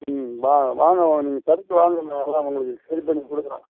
ம் வா வாங்க நீங்கள் சரக்கு வாங்குங்க அதெல்லாம் உங்களுக்கு கம்மி பண்ணி கொடுக்கறோம்